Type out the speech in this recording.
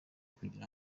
kugira